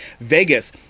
vegas